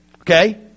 okay